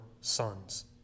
sons